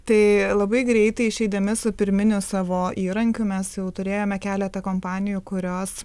tai labai greitai išeidami su pirminiu savo įrankiu mes jau turėjome keletą kompanijų kurios